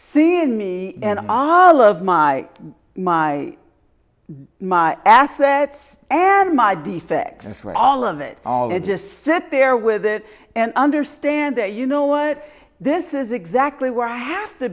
seeing me and all of my my my assets and my defects are all of it all i just sit there with it and understand that you know what this is exactly where i have to